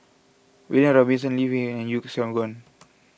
William Robinson Lee Wei and Yeo Siak Goon